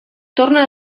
torna